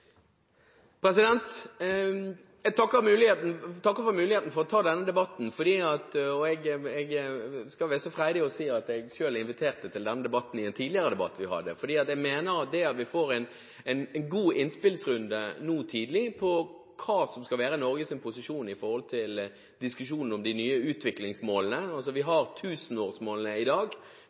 freidig å si at jeg selv inviterte til denne debatten i en tidligere debatt vi hadde. Jeg mener at vi med denne debatten får en god innspillsrunde tidlig på hva som skal være Norges posisjon når det gjelder diskusjonen om de nye utviklingsmålene. Vi har tusenårsmålene i dag,